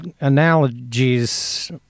analogies